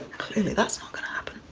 clearly that's not going to happen.